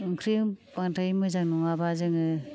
ओंख्रि बांद्राय मोजां नङाबा जोङो